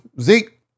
Zeke